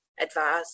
advise